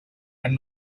and